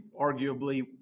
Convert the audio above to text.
arguably